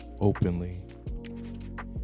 Openly